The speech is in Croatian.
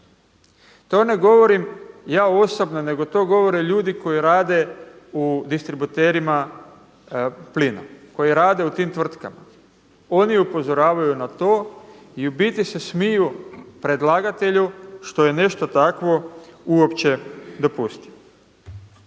To ne govorim ja osobno, nego to govore ljudi koji rade u distributerima plina, koji rade u tim tvrtkama, oni upozoravaju na to i u biti se smiju predlagatelju što je nešto takvo uopće dopustio.